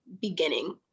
beginning